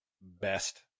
best